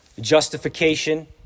justification